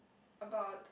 about